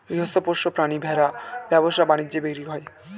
গৃহস্থ পোষ্য প্রাণী ভেড়া ব্যবসা বাণিজ্যে বিক্রি হয়